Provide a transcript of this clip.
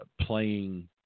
playing